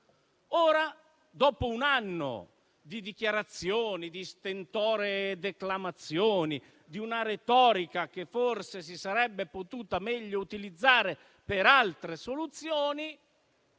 sa. Dopo un anno di dichiarazioni, di stentoree declamazioni, di una retorica che forse si sarebbe potuta meglio utilizzare per altre soluzioni,